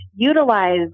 Utilize